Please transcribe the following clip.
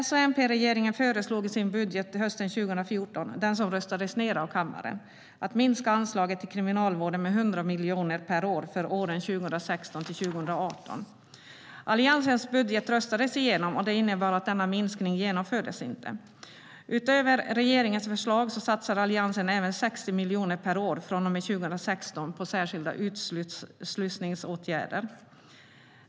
S och MP-regeringen föreslog i sin budget hösten 2014 - den som röstades ned av kammaren - en minskning av anslaget till Kriminalvården med 100 miljoner per år för åren 2016-2018. Alliansens budget röstades igenom, och det innebar att denna minskning inte genomfördes. Utöver regeringens förslag satsar Alliansen ytterligare 60 miljoner per år från och med 2016 på särskilda utslussningsåtgärder.